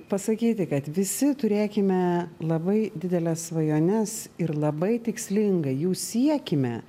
pasakyti kad visi turėkime labai dideles svajones ir labai tikslingai jų siekime